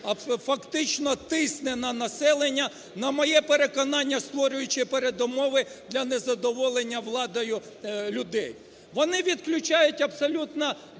фактично тисне на населення, на моє переконання, створюючи передумови для незадоволення владою людей. Вони відключають абсолютно без